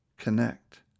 Connect